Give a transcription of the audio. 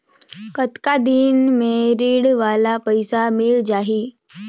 कतना दिन मे ऋण वाला पइसा मिल जाहि?